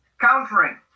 countering